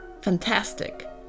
fantastic